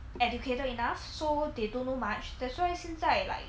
educated enough so they don't know much that's why 现在 like